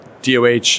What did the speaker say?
DOH